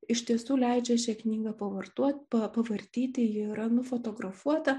iš tiesų leidžia šią knygą pavartoti pavartyti ji yra nufotografuota